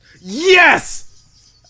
Yes